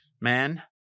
man